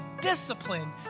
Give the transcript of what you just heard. discipline